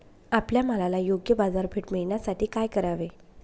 आपल्या मालाला योग्य बाजारपेठ मिळण्यासाठी काय करावे?